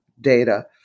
data